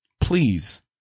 please